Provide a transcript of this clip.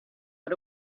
but